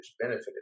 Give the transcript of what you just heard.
benefited